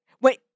wait